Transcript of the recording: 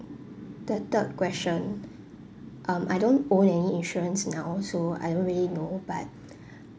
the third question um I don't own any insurance now so I don't really know but